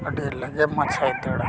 ᱟᱹᱰᱤ ᱞᱮᱜᱮᱢ ᱢᱟᱪᱷᱟᱭ ᱫᱟᱹᱲᱟ